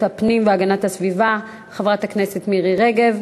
הפנים והגנת הסביבה חברת הכנסת מירי רגב.